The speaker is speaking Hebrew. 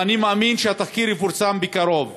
ואני מאמין שהתחקיר יפורסם בקרוב,